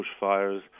bushfires